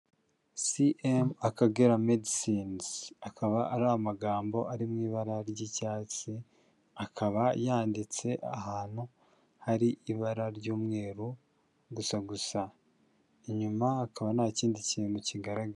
CM Akagera Medicines akaba ari amagambo ari mu ibara ry'icyatsi, akaba yanditse ahantu hari ibara ry'umweru gusa gusa. i inyuma akaba nta kindi kintu kigaragara.